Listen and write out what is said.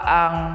ang